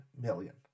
million